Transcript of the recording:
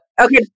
okay